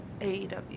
AEW